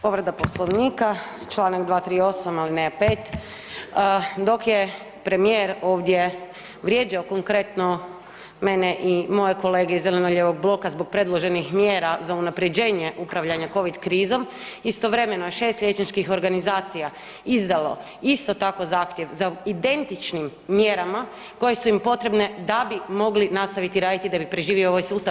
Povreda Poslovnika čl. 238., alineja 5. dok je premijer ovdje vrijeđao konkretno mene i moje kolege iz zeleno-lijevog bloka zbog predloženih mjera za unapređenje upravljanja covid krizom, istovremeno je 6 liječničkih organizacija izdalo isto tako zahtjev za identičnim mjerama koje su im potrebne da bi mogli nastaviti raditi i da bi preživio ovaj sustav.